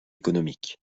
économique